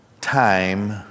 time